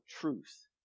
truth